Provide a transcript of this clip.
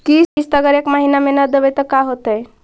किस्त अगर एक महीना न देबै त का होतै?